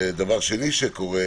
דבר שני שקורה